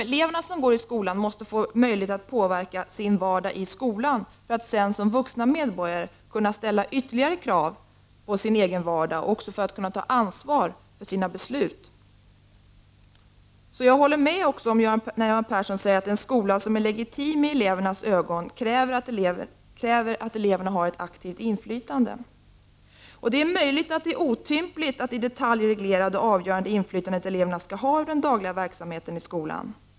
Eleverna måste få möjlighet att påverka sin vardag i skolan, för att sedan som vuxna medbor gare kunna ställa ytterligare krav på sin egen vardag, och även kunna ta ansvar för sina beslut. Jag håller därför också med Göran Persson när han säger att i en skola som är legitim i elevernas ögon krävs att eleverna har ett aktivt inflytande. Det är möjligt att det är otympligt att i detalj reglera det avgörande inflytande som eleverna skall ha över den dagliga verksamheten.